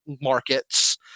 markets